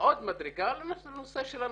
עוד מדרגה בנושא של הנשים.